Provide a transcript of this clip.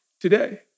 today